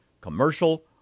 commercial